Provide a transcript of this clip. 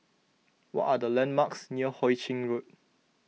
what are the landmarks near Hoe Chiang Road